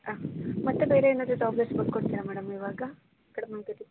ಹಾಂ ಮತ್ತೆ ಬೇರೇನಾದ್ರೂ ಟ್ಯಾಬ್ಲೆಟ್ಸ್ ಬರ್ಕೊಡ್ತೀರಾ ಮೇಡಮ್ ಇವಾಗ ಕಡಿಮೆ ಆಗೋದಕ್ಕೆ